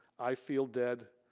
i feel dead.